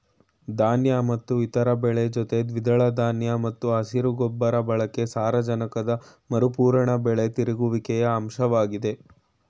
ಧಾನ್ಯ ಮತ್ತು ಇತರ ಬೆಳೆ ಜೊತೆ ದ್ವಿದಳ ಧಾನ್ಯ ಮತ್ತು ಹಸಿರು ಗೊಬ್ಬರ ಬಳಕೆ ಸಾರಜನಕದ ಮರುಪೂರಣ ಬೆಳೆ ತಿರುಗುವಿಕೆಯ ಅಂಶವಾಗಿದೆ